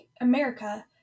America